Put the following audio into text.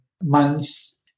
months